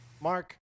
Mark